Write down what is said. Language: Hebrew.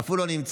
אף הוא לא נמצא.